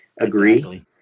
agree